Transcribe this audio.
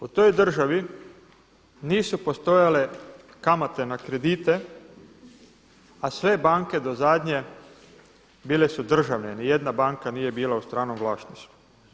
U toj državi nisu postojale kamate na kredite a sve banke do zadnje bile su državne, niti jedna banka nije bila u stranom vlasništvu.